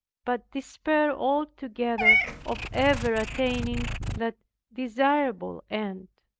but despaired altogether of ever attaining that desirable end.